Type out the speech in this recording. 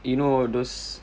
you know those